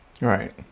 Right